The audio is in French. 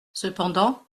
cependant